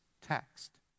text